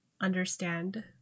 understand